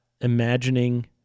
imagining